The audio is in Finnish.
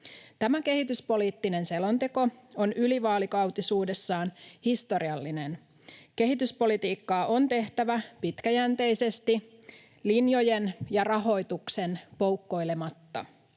Tämä kehityspoliittinen selonteko on ylivaalikautisuudessaan historiallinen. Kehityspolitiikkaa on tehtävä pitkäjänteisesti linjojen ja rahoituksen poukkoilematta.